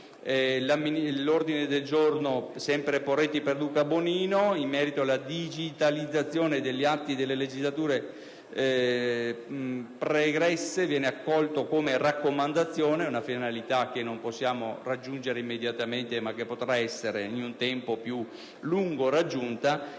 L'ordine del giorno G17, sempre del senatore Perduca ed altri, relativo alla digitalizzazione degli atti delle legislature pregresse, viene accolto come raccomandazione. È una finalità che non possiamo raggiungere immediatamente, ma che potrà essere in un tempo più lungo raggiunta.